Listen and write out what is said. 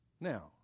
Now